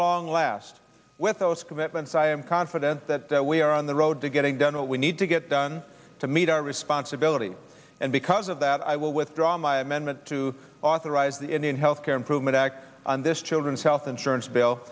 long last with those commitments i am confident that we are on the road to getting done what we need to get done to meet our responsibility and because of that i will withdraw my amendment to authorize the indian health care improvement act on this children's health insurance bill